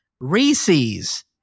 Reese's